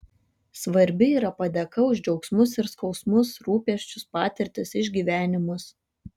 svarbi yra padėka už džiaugsmus ir skausmus rūpesčius patirtis išgyvenimus